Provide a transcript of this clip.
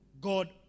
God